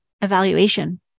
evaluation